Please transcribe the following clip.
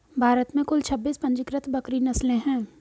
भारत में कुल छब्बीस पंजीकृत बकरी नस्लें हैं